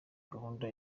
gahunda